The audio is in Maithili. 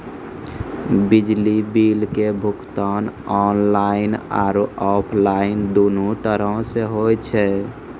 बिजली बिल के भुगतान आनलाइन आरु आफलाइन दुनू तरहो से होय छै